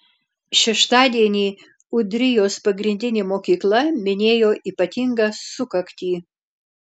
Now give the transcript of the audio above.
šeštadienį ūdrijos pagrindinė mokykla minėjo ypatingą sukaktį